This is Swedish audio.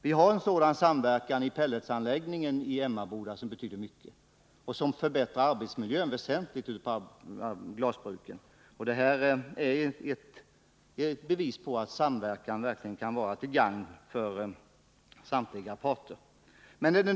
Vi har en sådan samverkan beträffande pelletsanläggningen i Emmaboda, som betyder mycket och förbättrar arbetsmiljön väsentligt vid glasbruken. Den är ett bevis på att samverkan kan vara till gagn för samtliga parter.